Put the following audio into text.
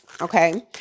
Okay